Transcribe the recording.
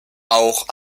auch